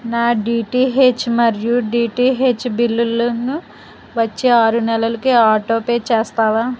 నా డిటిహెచ్ మరియు డిటిహెచ్ బిల్లులను వచ్చే ఆరు నెలలకి ఆటో పే చేస్తావా